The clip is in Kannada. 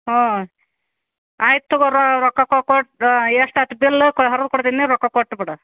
ಹ್ಞೂ ಆಯ್ತು ತೊಗೋ ರೊಕ್ಕ ಕೋ ಕೊಟ್ಟು ಎಷ್ಟು ಆಯ್ತ್ ಬಿಲ್ಲು ಕೊ ಹರ್ದು ಕೊಡ್ತೀನಿ ರೊಕ್ಕ ಕೊಟ್ಬಿಡು